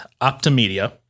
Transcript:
OptiMedia